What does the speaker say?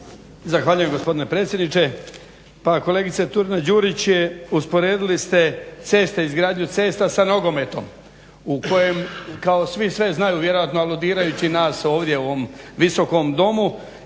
Zahvaljujem gospodine predsjedniče. Pa kolegice Turina Đurić usporedili ste ceste, izgradnju cesta sa nogometom u kojem kao svi sve znaju vjerojatno aludirajući nas ovdje u ovom Visokom domu.